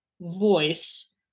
voice